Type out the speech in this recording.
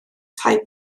tai